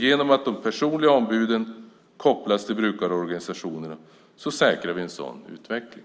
Genom att de personliga ombuden kopplas till brukarorganisationerna säkrar vi en sådan utveckling.